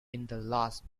last